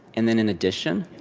and then in addition,